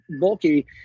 bulky